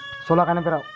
सोला कायनं पेराव?